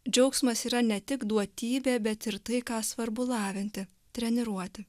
džiaugsmas yra ne tik duotybė bet ir tai ką svarbu lavinti treniruoti